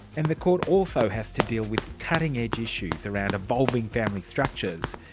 and the court also has to deal with cutting edge issues around evolving family structures.